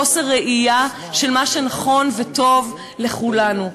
חוסר ראייה של מה שנכון וטוב לכולנו.